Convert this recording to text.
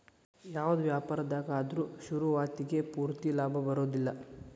ಯಾವ್ದ ವ್ಯಾಪಾರ್ದಾಗ ಆದ್ರು ಶುರುವಾತಿಗೆ ಪೂರ್ತಿ ಲಾಭಾ ಬರೊದಿಲ್ಲಾ